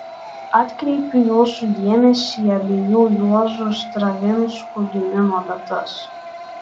atkreipiu jūsų dėmesį į abiejų juozų stravinskų gimimo datas